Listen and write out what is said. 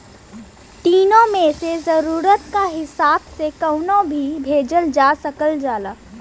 तीनो मे से जरुरत क हिसाब से कउनो भी भेजल जा सकल जाला